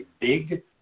big